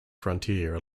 frontier